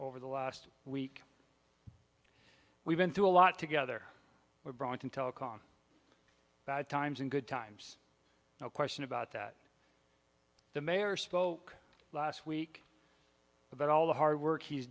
over the last week we've been through a lot together we're brought in telecom bad times and good times no question about that the mayor spoke last week about all the hard work he's